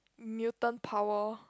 mutant power